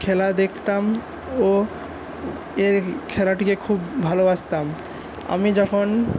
খেলা দেখতাম ও এই খেলাটিকে খুব ভালোবাসতাম আমি যখন